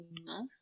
enough